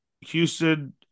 Houston